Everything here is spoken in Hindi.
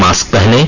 मास्क पहनें